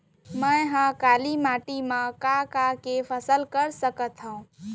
मै ह काली माटी मा का का के फसल कर सकत हव?